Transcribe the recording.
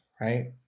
right